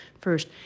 first